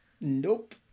Nope